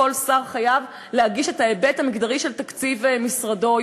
כל שר חייב להגיש את ההיבט המגדרי של תקציב משרדו,